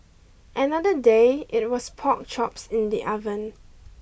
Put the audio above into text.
another day it was pork chops in the oven